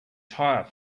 tire